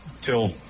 till